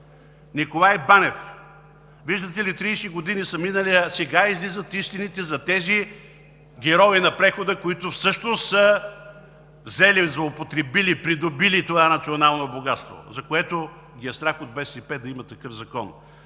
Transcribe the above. Николай Банев – виждате ли, минали са 30 години, а сега излизат истините за тези герои на прехода, които всъщност са взели, злоупотребили, придобили това национално богатство, заради което от БСП ги е страх да има такъв закон.